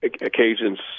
occasions